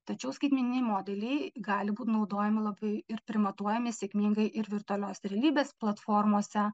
tačiau skaitmeniniai modeliai gali būt naudojami labai ir primatuojami sėkmingai ir virtualios realybės platformose